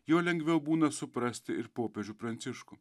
juo lengviau būna suprasti ir popiežių pranciškų